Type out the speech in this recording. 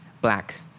black